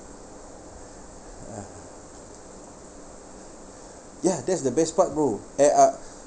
uh ya that's the best part bro at uh